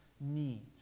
need